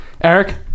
Eric